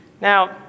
Now